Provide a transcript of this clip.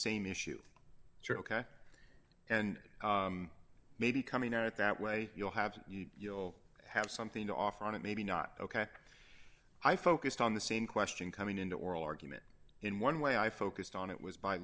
same issue sure ok and it may be coming out that way you'll have you'll have something to offer on it maybe not ok i focused on the same question coming into oral argument in one way i focused on it was by